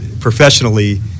professionally